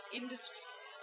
industries